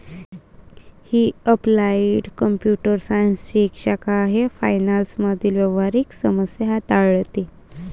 ही applied computer सायन्सची एक शाखा आहे फायनान्स मधील व्यावहारिक समस्या हाताळते